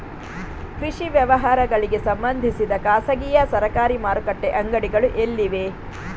ಕೃಷಿ ವ್ಯವಹಾರಗಳಿಗೆ ಸಂಬಂಧಿಸಿದ ಖಾಸಗಿಯಾ ಸರಕಾರಿ ಮಾರುಕಟ್ಟೆ ಅಂಗಡಿಗಳು ಎಲ್ಲಿವೆ?